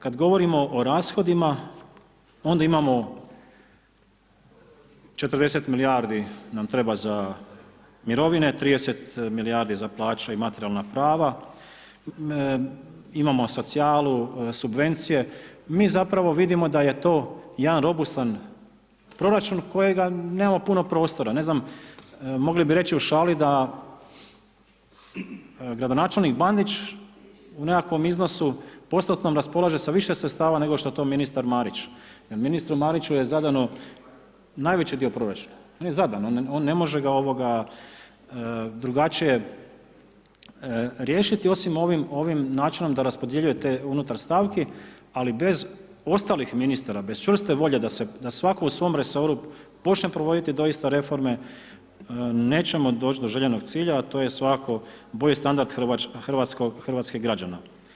Kad govorimo o rashodima, onda imamo, 40 milijardi nam treba za mirovine, 30 milijardi za plaće i materijalna prava, imamo socijalu, subvencije, mi zapravo vidimo da je to jedan robusan proračun kojega nemamo puno prostora, ne znam, mogli bi reći u šali, da gradonačelnik Bandić u nekakvom iznosu postotnom, raspolaže sa više sredstava, nego što to ministar Marić, jer ministru Mariću je zadano najveći dio proračuna, on je zadan, on ne može ga, ovoga, drugačije riješiti, osim ovim načinom da raspodjeljuje te, unutar stavki, ali bez ostalih ministara, bez čvrste volje da se, da svatko u svom resoru počne provoditi doista reforme, nećemo doći do željenog cilja, a to je svatko, bolji standard hrvatskog građana.